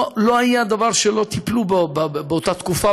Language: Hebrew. לא היה דבר שלא טיפלו בו באותה תקופה,